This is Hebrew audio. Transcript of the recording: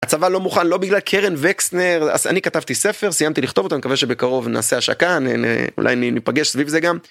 הצבא לא מוכן לא בגלל קרן וקסנר אז אני כתבתי ספר סיימתי לכתוב אותה מקווה שבקרוב נעשה השקה אולי נפגש סביב זה גם.